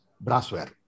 brassware